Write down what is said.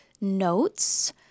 notes